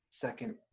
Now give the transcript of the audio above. second